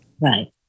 Right